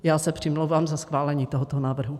Já se přimlouvám za schválení tohoto návrhu.